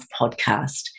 podcast